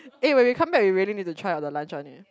eh when we come back we really need to try on the lunch [one] eh